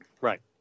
right